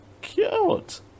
cute